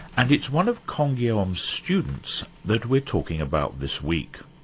and it's one of canguilhem's students that we're talking about this week.